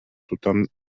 тутан